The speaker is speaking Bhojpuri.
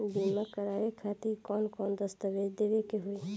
बीमा करवाए खातिर कौन कौन दस्तावेज़ देवे के होई?